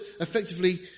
effectively